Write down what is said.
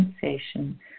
sensation